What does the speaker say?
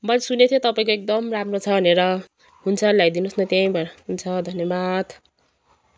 मैले सुनेको थिएँ तपाईँको एकदम राम्रो छ भनेर हुन्छ ल्याइदिनु होस् न त्यहीँबाट हुन्छ धन्यवाद